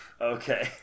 Okay